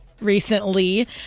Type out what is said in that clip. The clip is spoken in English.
Recently